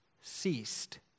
ceased